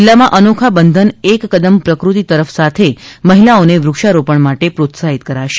જીલ્લામાં અનોખા બંધન એક કદમ પ્રકૃતિ તરફ સાથે મહિલાઓને વૃક્ષારોપણ માટે પ્રોત્સાહીત કરાશે